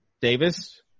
Davis